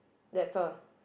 that's all